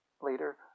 Later